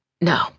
No